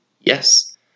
Yes